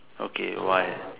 okay why